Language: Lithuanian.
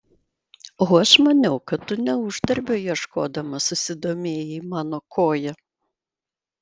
o aš maniau kad tu ne uždarbio ieškodamas susidomėjai mano koja